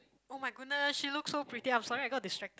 [oh]-my-goodness she looks so pretty I'm sorry I got distracted